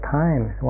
times